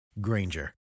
Granger